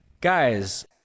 guys